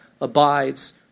abides